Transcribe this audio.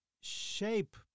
shape